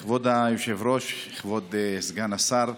כבוד היושב-ראש, כבוד סגן השר,